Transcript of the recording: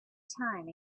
time